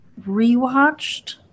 rewatched